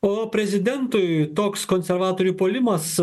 o prezidentui toks konservatorių puolimas